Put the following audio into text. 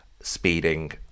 speeding